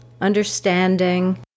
understanding